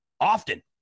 often